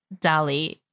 Dali